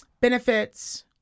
Benefits